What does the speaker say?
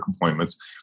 appointments